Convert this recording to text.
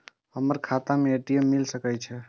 हमर खाता में ए.टी.एम मिल सके छै?